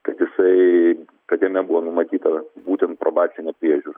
kad jisai kad jame buvo numatyta būtent probacinė priežiūra